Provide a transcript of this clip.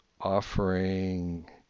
offering